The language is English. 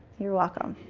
you're welcome.